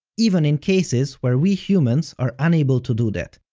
even in cases where we humans are unable to do that.